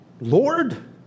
Lord